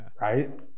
right